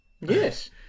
Yes